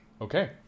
Okay